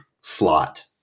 slot